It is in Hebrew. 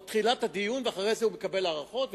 או שזה רק תחילת הדיון ואחר כך הוא מקבל הארכות?